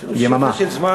יש לנו שפע של זמן,